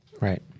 Right